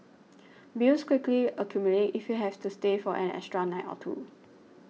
bills quickly accumulate if you have to stay for an extra night or two